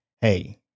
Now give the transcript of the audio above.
hey